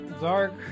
Dark